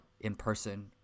in-person